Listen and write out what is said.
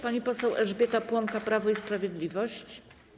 Pani poseł Elżbieta Płonka, Prawo i Sprawiedliwość.